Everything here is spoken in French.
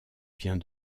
vient